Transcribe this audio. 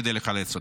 כדי לחלץ אותו.